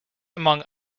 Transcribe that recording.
among